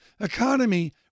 economy